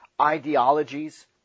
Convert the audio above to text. ideologies